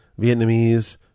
Vietnamese